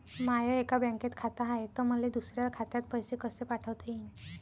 माय एका बँकेत खात हाय, त मले दुसऱ्या खात्यात पैसे कसे पाठवता येईन?